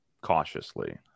cautiously